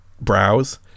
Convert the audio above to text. browse